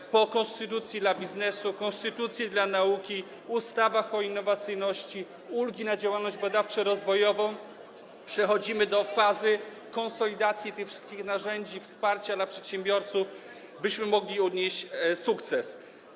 Po uchwaleniu konstytucji dla biznesu, konstytucji dla nauki, ustaw o innowacyjności, ulg na działalność badawczo-rozwojową przechodzimy do fazy konsolidacji tych wszystkich narzędzi wsparcia dla przedsiębiorców, byśmy mogli odnieść sukces.